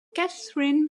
kathryn